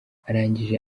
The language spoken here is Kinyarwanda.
arangije